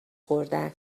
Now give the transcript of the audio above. خورده